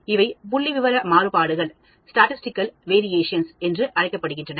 இவை புள்ளிவிவர மாறுபாடுகள் ஸ்டடிஸ்டிகல் வேரியேஷன் என்று அழைக்கப்படுகின்றன